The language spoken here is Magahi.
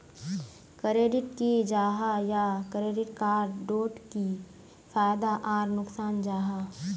क्रेडिट की जाहा या क्रेडिट कार्ड डोट की फायदा आर नुकसान जाहा?